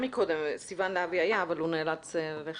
סיון להבי היה, אבל הוא נאלץ ללכת.